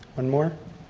one more.